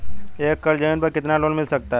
एक एकड़ जमीन पर कितना लोन मिल सकता है?